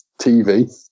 TV